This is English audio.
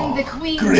the queen